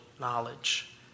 knowledge